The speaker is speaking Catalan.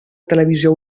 televisió